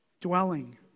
dwelling